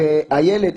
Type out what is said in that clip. והילד,